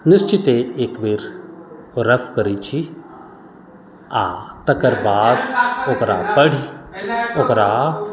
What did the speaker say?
निश्चिते एक बेर रफ करै छी आओर तकर बाद ओकरा पढ़ि ओकरा